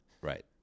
Right